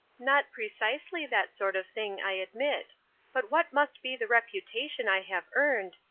not precisely that sort of thing, i admit but what must be the reputation i have earned,